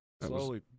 Slowly